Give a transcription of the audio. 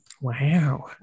Wow